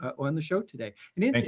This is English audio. on the show today. and yeah and